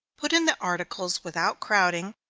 put in the articles without crowding,